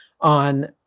on